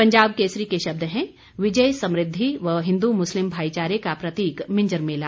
पंजाब केसरी के शब्द हैं विजय समृद्धि व हिन्दू मुस्लिम भाईचारे का प्रतीक मिंजर मेला